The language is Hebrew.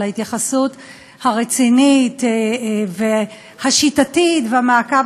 על ההתייחסות הרצינית והשיטתית והמעקב